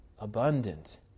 abundant